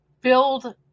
build